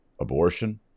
abortion